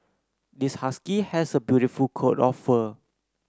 this husky has a beautiful coat of fur